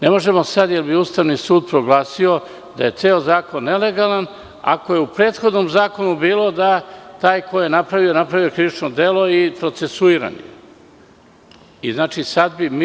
Ne možemo sad jer bi Ustavni sud proglasio da je ceo zakon nelegalan ako je u prethodnom zakonu bilo da taj koji je napravio krivično delo i procesuiran je.